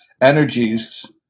energies